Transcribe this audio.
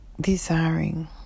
desiring